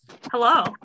Hello